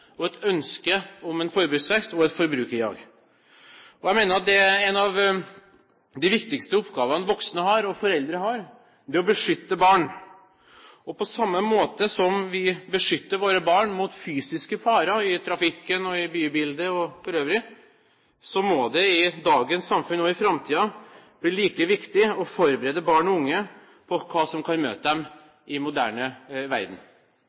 og et ønske om en forbruksvekst, og et forbrukerjag? Jeg mener at en av de viktigste oppgavene voksne og foreldre har, er å beskytte barn. På samme måte som vi beskytter våre barn mot fysiske farer i trafikken, i bybildet og for øvrig, må det i dagens samfunn og i framtiden bli like viktig å forberede barn og unge på hva som kan møte dem i en moderne verden.